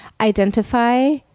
identify